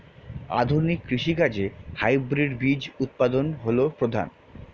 আধুনিক কৃষি কাজে হাইব্রিড বীজ উৎপাদন হল প্রধান